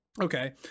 Okay